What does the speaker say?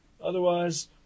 Otherwise